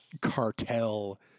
cartel